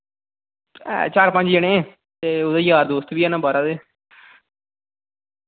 ऐ चार पंज जनें ते ओह् यार दोस्त बी हैन बाहरा दे